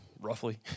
roughly